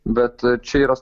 bet čia yra